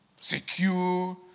secure